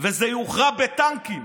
וזה יוכרע בטנקים.